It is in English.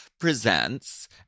Presents